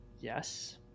Yes